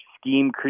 scheme